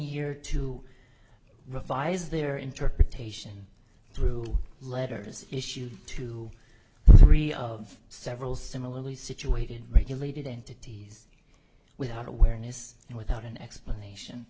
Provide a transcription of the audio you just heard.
here to revise their interpretation through letters issued to three of several similarly situated regulated entities without awareness and without an explanation